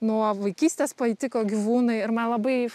nuo vaikystės paitiko gyvūnai ir man labai